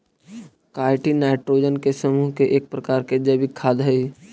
chitin nitrogen के समूह के एक प्रकार के जैविक खाद हई